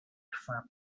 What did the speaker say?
for